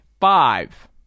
five